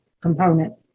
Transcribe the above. component